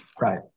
Right